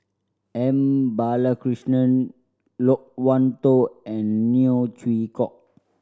M Balakrishnan Loke Wan Tho and Neo Chwee Kok